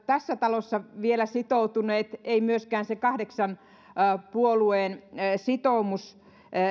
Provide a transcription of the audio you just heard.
tässä talossa vielä sitoutuneet ei myöskään se kahdeksan puolueen sitoumus